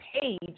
page